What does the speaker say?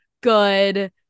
good